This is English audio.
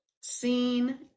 seen